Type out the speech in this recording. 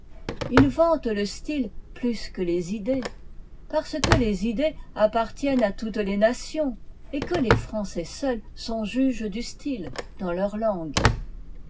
ils vantent le style plus que les idées parce que les idées appartiennent à toutes les nations et que les français seuls sont juges du style dans leur tangue